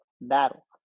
battle